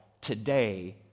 today